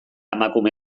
emakume